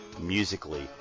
musically